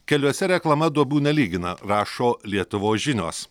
keliuose reklama duobų nelygina rašo lietuvos žinios